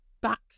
back